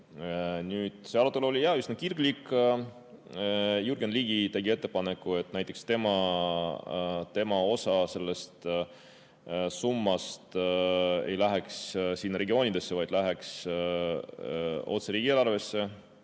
see arutelu oli üsna kirglik. Jürgen Ligi tegi ettepaneku, et näiteks tema osa sellest summast ei läheks regioonidesse, vaid läheks otse riigieelarvesse.